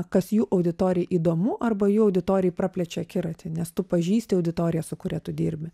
kas jų auditorijai įdomu arba jų auditorijai praplečia akiratį nes tu pažįsti auditoriją su kuria tu dirbi